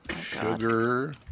Sugar